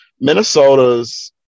Minnesota's